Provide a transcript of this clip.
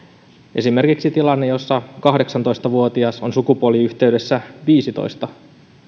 esimerkiksi tilanne jossa kahdeksantoista vuotias on sukupuoliyhteydessä viisitoista